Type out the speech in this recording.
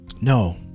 No